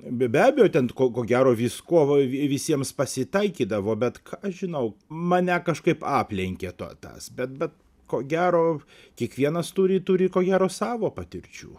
be abejo ten ko gero visko visiems pasitaikydavo bet ką aš žinau mane kažkaip aplenkė to tas bet bet ko gero kiekvienas turi turi ko gero savo patirčių